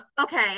okay